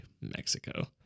Mexico